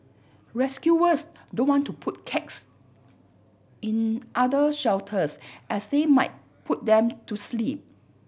rescuers don't want to put cats in other shelters as they might put them to sleep